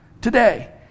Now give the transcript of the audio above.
today